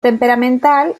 temperamental